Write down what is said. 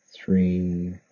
three